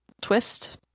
Twist